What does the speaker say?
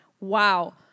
Wow